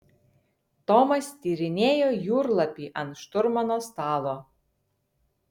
tomas tyrinėjo jūrlapį ant šturmano stalo